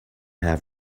have